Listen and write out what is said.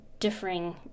differing